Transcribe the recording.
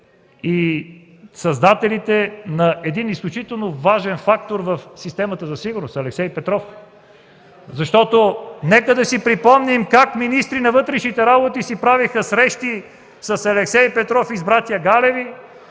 и създателите на един изключителен важен фактор в системата за сигурност – Алексей Петров. Нека да си припомним как министри на вътрешните работи си правеха срещи с Алексей Петров и с братя Галеви